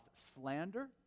slander